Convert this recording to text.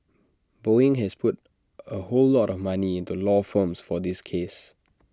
boeing has put A whole lot of money into law firms for this case